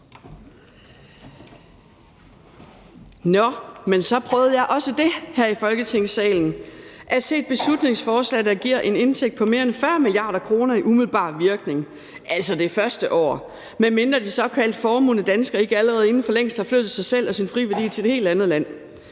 Nå, men så prøvede jeg også det her i Folketingssalen, nemlig at se et beslutningsforslag, der giver en indtægt på mere end 40 mia. kr. i umiddelbar virkning, altså i det første år, medmindre de såkaldt formuende danskere ikke allerede for længst har flyttet sig selv og deres friværdier til et helt andet land